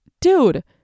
dude